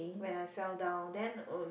when I fell down then um